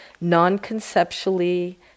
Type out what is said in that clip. non-conceptually